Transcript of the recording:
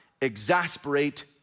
exasperate